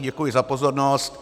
Děkuji za pozornost.